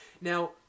Now